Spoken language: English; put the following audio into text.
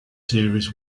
series